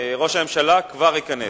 ראש הממשלה כבר ייכנס.